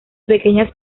pequeñas